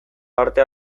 parte